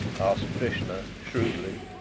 asked drishna shrewdly.